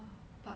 but